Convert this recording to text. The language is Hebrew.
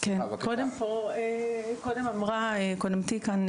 קודם אמרה קודמתי כאן,